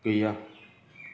गैया